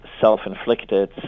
self-inflicted